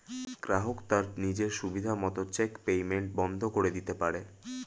গ্রাহক তার নিজের সুবিধা মত চেক পেইমেন্ট বন্ধ করে দিতে পারে